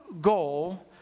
goal